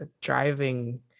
driving